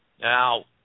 Now